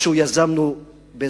יזמנו את הדיון הזה,